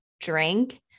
drink